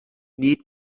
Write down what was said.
need